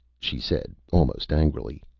she said, almost angrily.